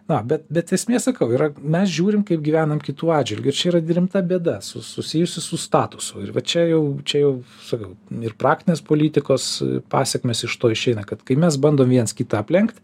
na bet bet esmė sakau yra mes žiūrim kaip gyvenam kitų atžvilgiu ir čia yra rimta bėda susijusi su statusu ir va čia jau čia jau sakau ir praktinės politikos pasekmės iš to išeina kad kai mes bandom viens kitą aplenkt